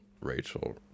Rachel